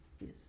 Yes